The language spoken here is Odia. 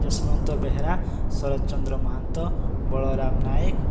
ଯଶୋବନ୍ତ ବେହେରା ସରୋଜ ଚନ୍ଦ୍ର ମହାନ୍ତ ବଳରାମ ନାଏକ